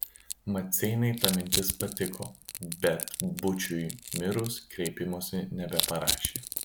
maceinai ta mintis patiko bet būčiui mirus kreipimosi nebeparašė